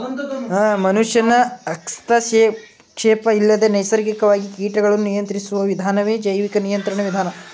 ಮನುಷ್ಯನ ಹಸ್ತಕ್ಷೇಪ ಇಲ್ಲದೆ ನೈಸರ್ಗಿಕವಾಗಿ ಕೀಟಗಳನ್ನು ನಿಯಂತ್ರಿಸುವ ವಿಧಾನವೇ ಜೈವಿಕ ನಿಯಂತ್ರಣ ವಿಧಾನ